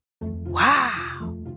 Wow